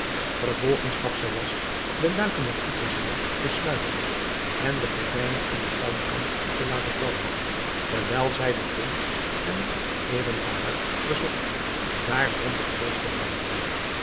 vervolgens gaf zij last de luiken der koepelzaal te sluiten en de gordijnen aan den tuinkant te laten vallen terwijl zij den prins en ebn thahar verzocht daar zonder vrees te blijven